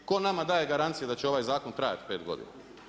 Tko nama daje garanciju da će ovaj zakon trajati 5 godina?